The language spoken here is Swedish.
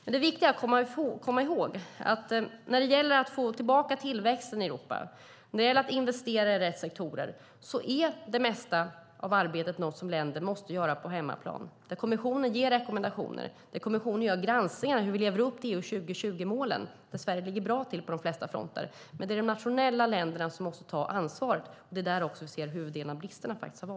Det är viktigt att komma ihåg att när det gäller att få tillbaka tillväxten i Europa och när det gäller att investera i rätt sektorer är det ett arbete som länderna till stor del måste göra på hemmaplan. Kommissionen ger rekommendationer och granskar hur vi lever upp till EU 2020-målen. Där ligger Sverige bra till på de flesta fronter. Länderna måste själva ta ansvar. Det är där vi ser huvuddelen av bristerna.